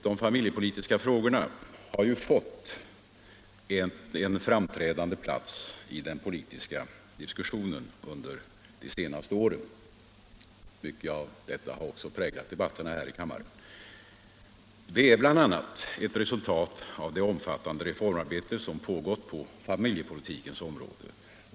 De familjepolitiska frågorna har under de senaste åren fått en framträdande plats i den politiska diskussionen. Detta har också präglat debatten här i kammaren. Det är bl.a. ett resultat av det omfattande reformarbete som har pågått på familjepolitikens område.